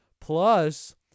Plus